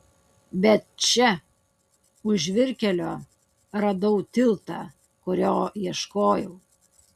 bet čia už žvyrkelio radau tiltą kurio ieškojau